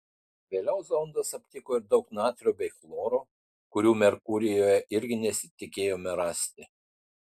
vėliau zondas aptiko ir daug natrio bei chloro kurių merkurijuje irgi nesitikėjome rasti